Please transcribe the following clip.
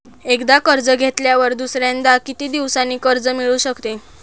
एकदा कर्ज घेतल्यावर दुसऱ्यांदा किती दिवसांनी कर्ज मिळू शकते?